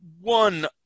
one